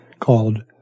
called